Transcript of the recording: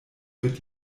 wird